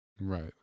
Right